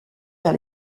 vers